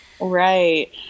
Right